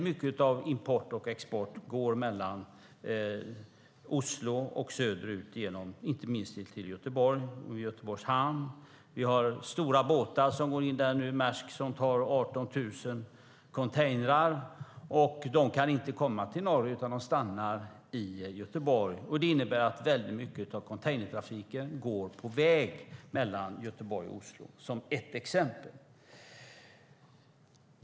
Mycket av importen och exporten går från Oslo och söderut, inte minst till Göteborg och Göteborgs hamn där stora båtar går in. Containerfartyget Maersk tar 18 000 containrar. Sådana fartyg kan inte gå till Norge utan stannar i Göteborg. Det innebär att mycket av containertrafiken i stället går på väg mellan Göteborg och Oslo. Det är ett exempel.